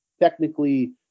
technically